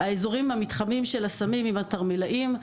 המתחמים של הסמים והתרמילאים.